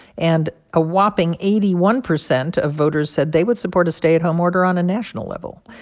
and a whopping eighty one percent of voters said they would support a stay-at-home order on a national level.